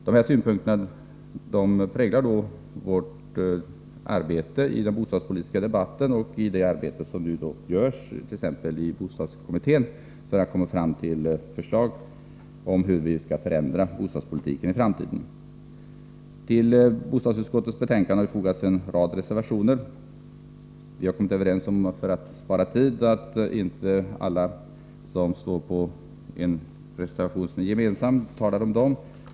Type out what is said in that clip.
Dessa synpunkter präglar vår inriktning i den bostadspolitiska debatten och i det arbete som görs inom bostadskommittén för att komma fram till förslag om hur bostadspolitiken i framtiden skall förändras. Till bostadsutskottets betänkande har det fogats en rad reservationer. För att spara tid har vi kommit överens om att inte alla som står bakom gemensamma reservationer skall tala om dem.